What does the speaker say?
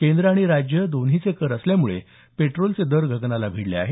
केंद्र आणि राज्य दोन्हीचे कर असल्यामुळे पेट्रोलचे दर गगनाला भिडले आहे